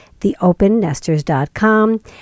theopennesters.com